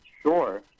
Sure